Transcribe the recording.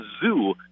zoo